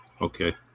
Okay